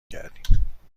کردیم